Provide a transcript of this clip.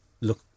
look